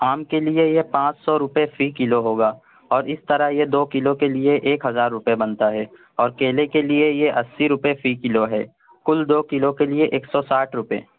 آم کے لیے یہ پانچ سو روپے فی کلو ہوگا اور اس طرح یہ دو کلو کے لیے ایک ہزار روپے بنتا ہے اور کیلے کے لیے یہ اسی روپے فی کلو ہے کل دو کلو کے لیے ایک سو ساٹھ روپے